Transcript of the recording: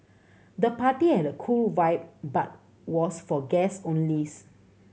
the party had a cool vibe but was for guest only